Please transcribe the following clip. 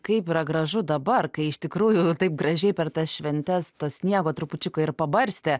kaip yra gražu dabar kai iš tikrųjų taip gražiai per tas šventes to sniego trupučiuką ir pabarstė